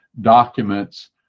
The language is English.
documents